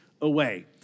away